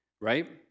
right